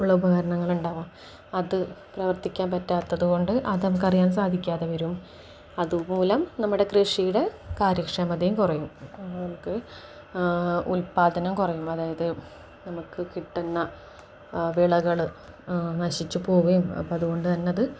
ഉള്ള ഉപകരണങ്ങളുണ്ടാകാം അത് പ്രവർത്തിക്കാൻ പറ്റാത്തതുകൊണ്ട് അത് നമുക്കറിയാൻ സാധിക്കാതെ വരും അതുമൂലം നമ്മുടെ കൃഷിയുടെ കാര്യക്ഷമതയും കുറയും നമുക്ക് ഉൽപാദനം കുറയും അതായത് നമുക്ക് കിട്ടുന്ന വിളകള് നശിച്ചുപോവുകയും അപ്പോള് അതുകൊണ്ട് തന്നെയത്